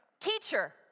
teacher